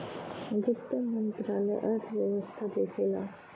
वित्त मंत्रालय अर्थव्यवस्था देखला